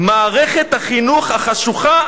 "מערכת החינוך החשוכה,